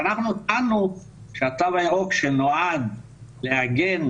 ואנחנו טענו שהתו הירוק שנועד להגן